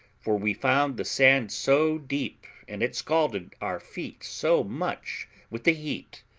for we found the sand so deep, and it scalded our feet so much with the heat,